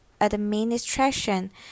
administration